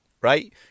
Right